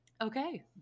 okay